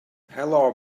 hello